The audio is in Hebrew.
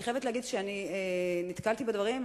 אני חייבת להגיד שנתקלתי בדברים,